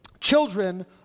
children